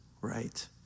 right